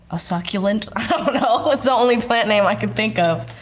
a succulent, i don't know. it's the only plant name i can think of.